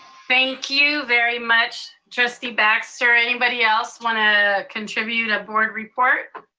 thank you very much, trustee baxter. anybody else wanna contribute a board report?